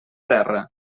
terra